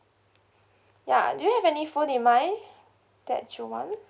ya do you have any phone in mind that you want